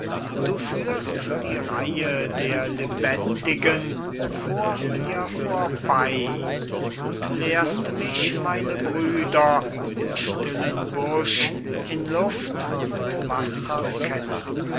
du führst die reihe der lebendigen vor mir vorbey und lehrst mich meine brüder im stillen busch in luft und wasser kennen